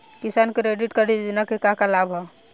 किसान credit card योजना के का का लाभ ह?